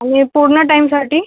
आणि पूर्ण टाईमसाठी